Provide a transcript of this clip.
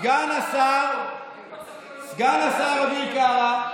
סגן השר אביר קארה,